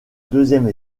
deuxième